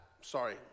sorry